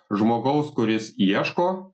žmogaus kuris ieško